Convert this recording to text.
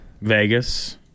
Vegas